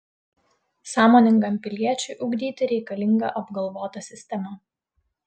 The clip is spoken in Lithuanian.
sąmoningam piliečiui ugdyti reikalinga apgalvota sistema